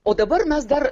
o dabar mes dar